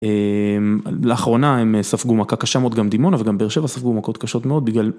לאחרונה הם ספגו מכה קשה מאוד גם דימונה וגם באר שבע ספגו מכות קשות מאוד בגלל.